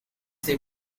they